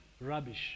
rubbish